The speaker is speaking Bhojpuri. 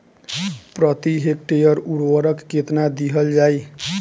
प्रति हेक्टेयर उर्वरक केतना दिहल जाई?